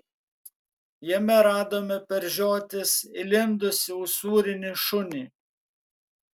jame radome per žiotis įlindusį usūrinį šunį